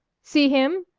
see him?